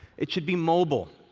it should be mobile.